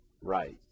Right